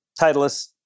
Titleist